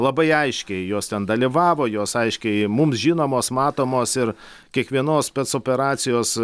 labai aiškiai jos ten dalyvavo jos aiškiai mums žinomos matomos ir kiekvienos spec operacijos